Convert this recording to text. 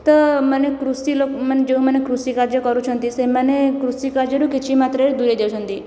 ତ ମାନେ କୃଷି ମାନେ ଯେଉଁମାନେ କୃଷି କାର୍ଯ୍ୟ କରୁଛନ୍ତି ସେମାନେ କୃଷି କାର୍ଯ୍ୟରୁ କିଛି ମାତ୍ରାରେ ଦୁରେଇ ଯାଉଛନ୍ତି